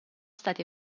stati